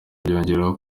byongera